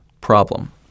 problem